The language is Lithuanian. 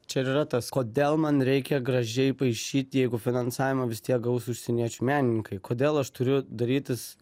čia ir yra tas kodėl man reikia gražiai paišyt jeigu finansavimą vis tiek gaus užsieniečių menininkai kodėl aš turiu darytis